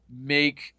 make